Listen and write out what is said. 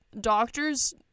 Doctors